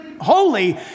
holy